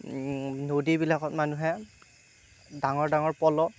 নদীবিলাকত মানুহে ডাঙৰ ডাঙৰ পলহ